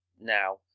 now